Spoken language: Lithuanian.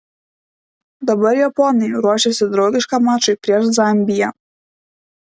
dabar japonai ruošiasi draugiškam mačui prieš zambiją